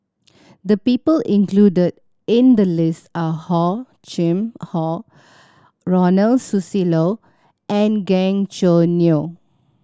the people included in the list are Hor Chim Or Ronald Susilo and Gan Choo Neo